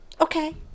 okay